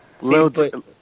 Little